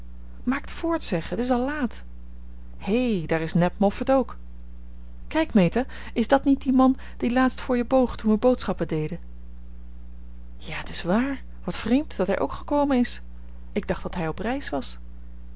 maakt voort zeg het is al laat hé daar is ned moffat ook kijk meta is dat niet die man die laatst voor je boog toen we boodschappen deden ja t is waar wat vreemd dat hij ook gekomen is ik dacht dat hij op reis was